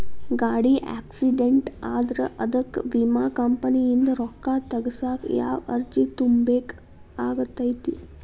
ಗಾಡಿ ಆಕ್ಸಿಡೆಂಟ್ ಆದ್ರ ಅದಕ ವಿಮಾ ಕಂಪನಿಯಿಂದ್ ರೊಕ್ಕಾ ತಗಸಾಕ್ ಯಾವ ಅರ್ಜಿ ತುಂಬೇಕ ಆಗತೈತಿ?